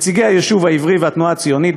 נציגי היישוב העברי והתנועה הציונית,